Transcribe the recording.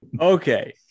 Okay